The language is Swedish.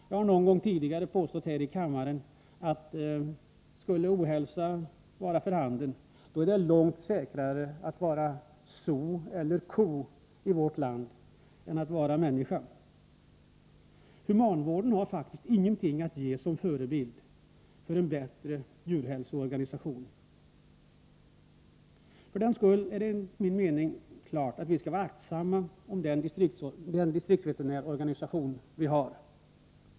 Jag har någon gång tidigare påstått här i kammaren att om ohälsa skulle vara för handen, är det säkrare att vara so eller ko i vårt land än att vara människa. Humanvården har faktiskt ingenting att ge som förebild för en bättre djurhälsovård. För den skull är det enligt min mening klart att vi skall vara aktsamma om den distriktsveterinärorganisation vi har.